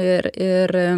ir ir